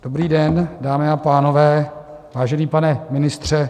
Dobrý den, dámy a pánové, vážený pane ministře.